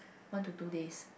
one to two days